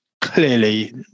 clearly